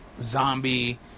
zombie